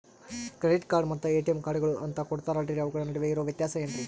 Credit card ಮತ್ತ ATM ಕಾರ್ಡುಗಳು ಅಂತಾ ಕೊಡುತ್ತಾರಲ್ರಿ ಅವುಗಳ ನಡುವೆ ಇರೋ ವ್ಯತ್ಯಾಸ ಏನ್ರಿ?